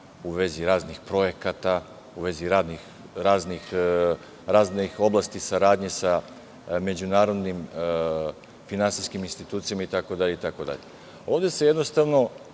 u vezi raznih projekata, u vezi raznih oblasti saradnje sa međunarodnim finansijskim institucijama itd,